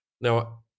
now